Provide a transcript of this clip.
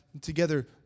together